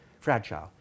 fragile